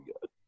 good